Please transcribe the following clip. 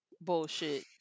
Bullshit